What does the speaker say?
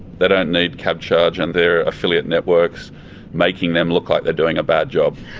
they don't need cabcharge and their affiliate networks making them look like they're doing a bad job.